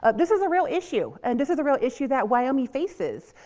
ah this is a real issue, and this is a real issue that wyoming faces.